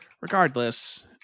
regardless